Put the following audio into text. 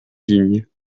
vignes